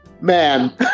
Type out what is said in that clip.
Man